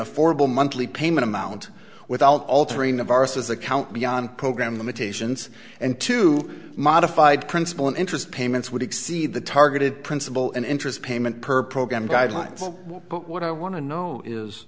affordable monthly payment amount without altering the virus's account beyond program limitations and to modified principal interest payments would exceed the targeted principal and interest payment per program guidelines but what i want to know is